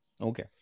Okay